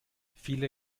viele